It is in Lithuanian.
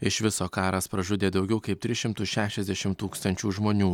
iš viso karas pražudė daugiau kaip tris šimtus šešiasdešim tūkstančių žmonių